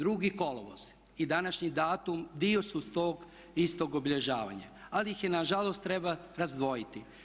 2. kolovoz i današnji datum dio su tog istog obilježavanja ali ih nažalost treba razdvojiti.